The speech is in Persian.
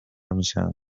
میشن